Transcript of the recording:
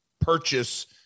purchase